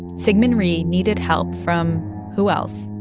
syngman rhee needed help from who else?